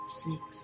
six